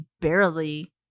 barely